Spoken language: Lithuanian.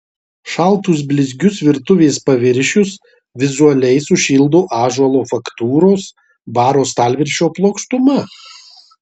šaltus blizgius virtuvės paviršius vizualiai sušildo ąžuolo faktūros baro stalviršio plokštuma